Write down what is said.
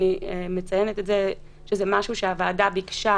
אני מציינת שזה משהו שהוועדה ביקשה